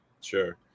Sure